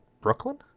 Brooklyn